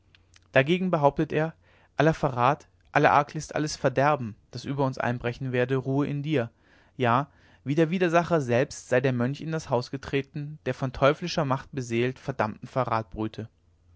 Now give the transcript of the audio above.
dagegen behauptet er aller verrat alle arglist alles verderben das über uns einbrechen werde ruhe in dir ja wie der widersacher selbst sei der mönch in das haus getreten der von teuflischer macht beseelt verdammten verrat brüte